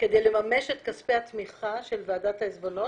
כדי לממש את כספי התמיכה של ועדת העיזבונות